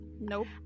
Nope